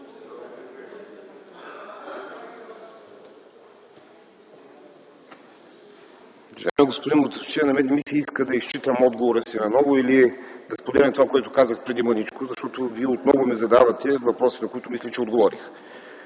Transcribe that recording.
Уважаеми господин Мутафчиев, не ми се иска да изчитам отговора си наново или да споделям това, което казах преди мъничко, защото Вие отново ми задавате въпроси, на които мисля, че отговорих.